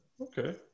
okay